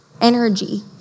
energy